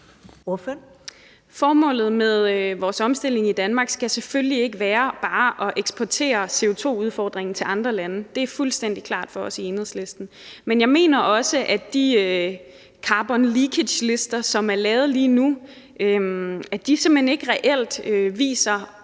(EL): Formålet med vores omstilling i Danmark skal selvfølgelig ikke være bare at eksportere CO2-udfordringen til andre lande. Det er fuldstændig klart for os i Enhedslisten. Men jeg mener også, at de carbon leakage-lister, som er lavet lige nu, simpelt hen ikke viser,